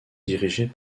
dirigées